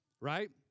Right